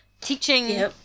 teaching